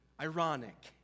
ironic